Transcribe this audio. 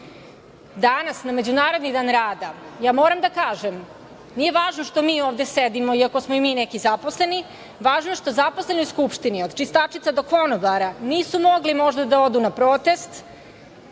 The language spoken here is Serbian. na međunarodni dan rada, ja moram da kažem – nije važno što mi ovde sedimo, iako smo i mi neki zaposleni, važno je što zaposleni u Skupštini, od čistačica do konobara, nisu mogli možda da odu na protest